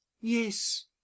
yes